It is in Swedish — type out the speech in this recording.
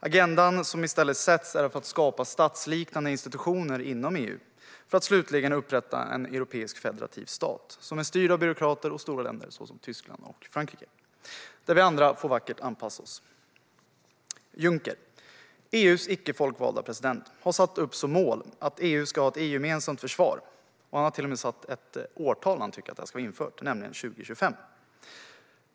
Agendan som i stället sätts är att skapa statsliknande institutioner inom EU för att slutligen upprätta en europeisk federativ stat som är styrd av byråkrater och stora länder såsom Tyskland och Frankrike - vi andra får vackert anpassa oss. Juncker, EU:s icke folkvalda president, har satt upp som mål att EU ska ha ett gemensamt försvar. Han har till och med satt ett årtal för när han tycker att detta ska vara infört, nämligen 2025.